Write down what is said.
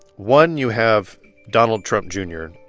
one, you have donald trump jr.